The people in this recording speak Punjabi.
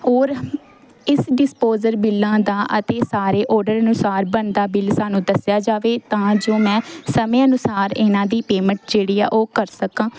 ਔਰ ਇਸ ਡਿਸਪੋਜ਼ਲ ਬਿੱਲਾਂ ਦਾ ਅਤੇ ਸਾਰੇ ਔਰਡਰ ਅਨੁਸਾਰ ਬਣਦਾ ਬਿੱਲ ਸਾਨੂੰ ਦੱਸਿਆ ਜਾਵੇ ਤਾਂ ਜੋ ਮੈਂ ਸਮੇਂ ਅਨੁਸਾਰ ਇਹਨਾਂ ਦੀ ਪੇਮੈਂਟ ਜਿਹੜੀ ਆ ਉਹ ਕਰ ਸਕਾਂ